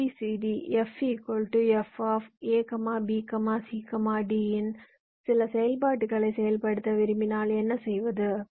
A B C D F f A B C D இன் சில செயல்பாடுகளை செயல்படுத்த விரும்பினால் என்ன செய்வது